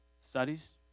studies